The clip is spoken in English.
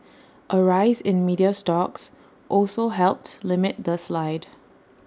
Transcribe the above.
A rise in media stocks also helped limit the slide